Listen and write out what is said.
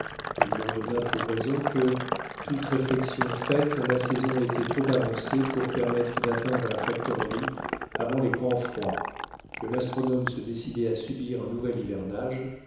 il leur donna pour raison que toute réflexion faite la saison était trop avancée pour permettre d'atteindre la factorerie avant les grands froids que l'astronome se décidait à subir un nouvel hivernage